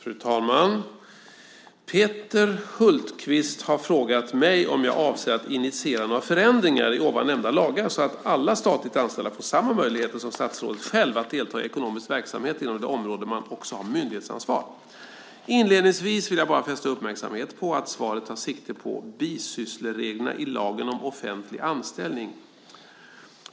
Fru talman! Peter Hultqvist har frågat mig om jag avser att initiera några förändringar i lagarna om jäv och bisyssla i offentlig förvaltning så att alla statligt anställda får samma möjligheter som statsrådet själv att delta i ekonomisk verksamhet inom det område man också har myndighetsansvar. Inledningsvis vill jag bara fästa uppmärksamhet på att svaret tar sikte på bisysslereglerna i lagen om offentlig anställning .